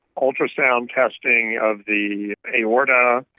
ultrasound testing of the aorta.